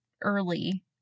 early